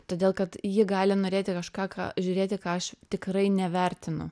todėl kad ji gali norėti kažką ką žiūrėti ką aš tikrai nevertinu